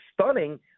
stunning